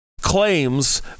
claims